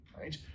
right